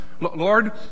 Lord